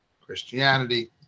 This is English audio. christianity